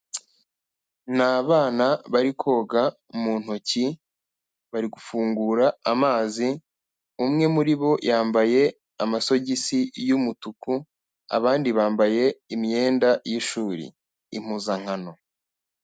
Ni abana bari koga mu ntoki, bari gufungura amazi, umwe muri bo yambaye amasogisi y'umutuku abandi bambaye imyenda y'ishuri, impuzankano.